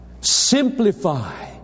Simplify